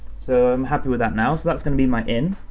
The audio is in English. so i'm happy with that now, so that's gonna be my in,